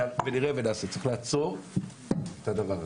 צריך לעצור את הדבר הזה.